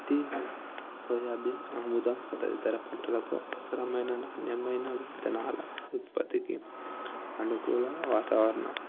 పత్తి soya bean ఆముదం తదితర పంటలకు అవసరమైన నాణ్యమైన విత్తనాల ఉత్పత్తికి అనుకూల వాతావరణ